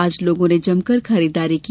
आज लोगों ने जमकर खरीदारी की